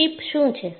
creep શું છે